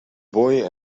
boy